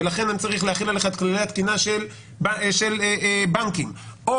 ולכן אני צריך להחיל עליך את כללי התקינה של בנקים או